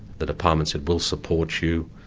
the department said, we'll support you,